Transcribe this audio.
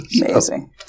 Amazing